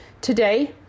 today